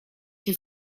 się